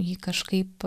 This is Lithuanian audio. jį kažkaip